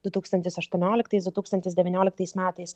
du tūkstantis aštuonioliktais du tūkstantis devynioliktais metais